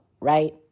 right